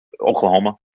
Oklahoma